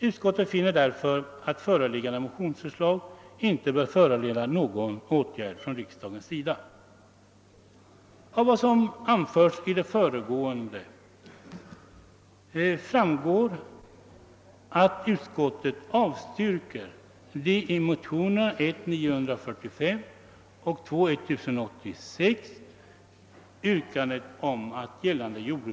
Utskottet finner därför att föreliggande motionsförslag inte bör föranleda någon åtgärd från riksdagens sida.